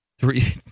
Three